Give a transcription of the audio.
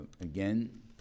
Again